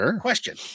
question